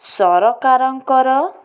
ସରକାରଙ୍କର